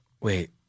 Wait